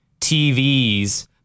TVs